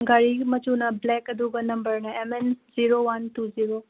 ꯒꯥꯔꯤ ꯃꯆꯨꯅ ꯕ꯭ꯂꯦꯛ ꯑꯗꯨꯒ ꯅꯝꯕꯔꯅ M N zero one two zero